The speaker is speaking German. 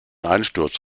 einsturz